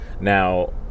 Now